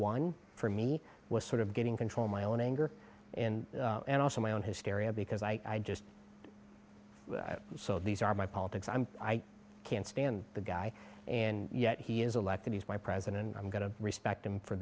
one for me was sort of getting control my own anger and also my own hysteria because i just so these are my politics i'm i can't stand the guy and yet he is elected he's my president i'm going to respect him for